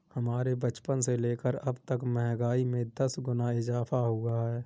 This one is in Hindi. हमारे बचपन से लेकर अबतक महंगाई में दस गुना इजाफा हुआ है